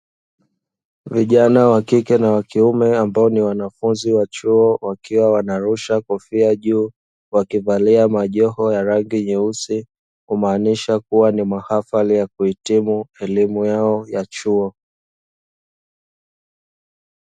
Vijana wa kike na wa kiume, ambao ni wanafunzi wa chuo, wakiwa wanarusha kofia juu, wakivalia majoho ya rangi nyeusi, kumaanisha kuwa ni mahafali ya kuhitimu elimu yao ya chuo.